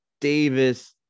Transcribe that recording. Davis